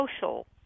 social